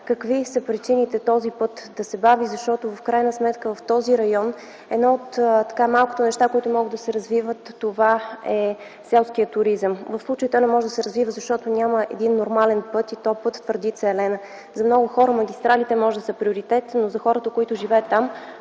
Какви са причините този път да се бави, защото в крайна сметка в този район едно от малките неща, които могат да се развиват, това е селският туризъм? В случая, той не може да се развива, защото няма един нормален път и то път Твърдица – Елена. За много хора магистралите може да са приоритет, но за хората, които живеят там,